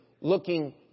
looking